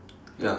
ya